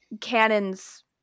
Cannons